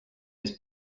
his